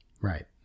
Right